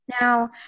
Now